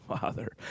father